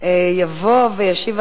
יישר כוח.